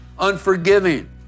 Unforgiving